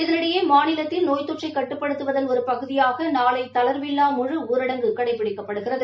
இதனிடையே மாநிலத்தில் நோய் தொற்றை கட்டுப்படுத்துவதன் ஒரு பகுதியாக நாளை தளர்வில்லா முழு ஊரடங்கு கடைபிடிக்கப்படுகிறது